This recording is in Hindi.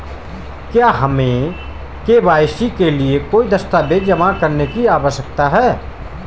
क्या हमें के.वाई.सी के लिए कोई दस्तावेज़ जमा करने की आवश्यकता है?